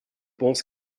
pense